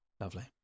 Lovely